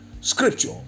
scripture